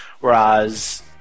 whereas